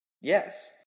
Yes